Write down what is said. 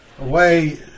away